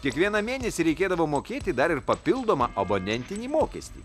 kiekvieną mėnesį reikėdavo mokėti dar ir papildomą abonentinį mokestį